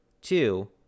Two